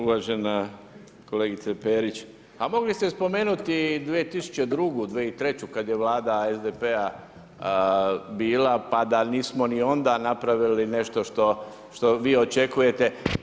Uvažena kolegice Perić, a mogli ste spomenuti 2002., 2003. kad je Vlada SDP-a bila pa da nismo ni onda napravili nešto što vi očekujete.